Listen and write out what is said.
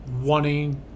wanting